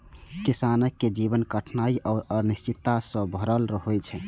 किसानक जीवन कठिनाइ आ अनिश्चितता सं भरल होइ छै